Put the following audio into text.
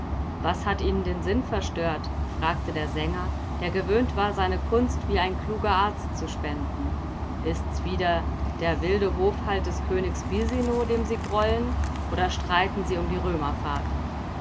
was hat ihnen den sinn verstört fragte der sänger der gewöhnt war seine kunst wie ein kluger arzt zu spenden ist's wieder der wilde hofhalt des königs bisino dem sie grollen oder streiten sie um die